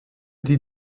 die